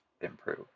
improve